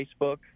Facebook